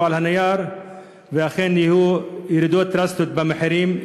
על הנייר ואכן יהיו ירידות דרסטיות במחירים,